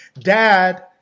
dad